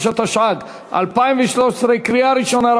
25), התשע"ג 2013. קריאה ראשונה.